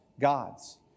gods